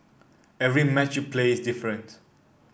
every match you play is different